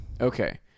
Okay